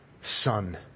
son